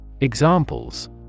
Examples